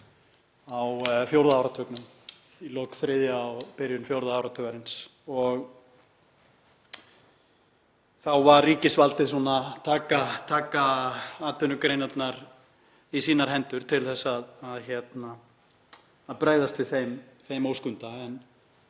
á fjórða áratugnum, í lok þriðja og í byrjun fjórða áratugarins. Þá var ríkisvaldið að taka atvinnugreinarnar í sínar hendur til að bregðast við þeim óskunda. En